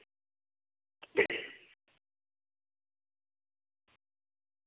अ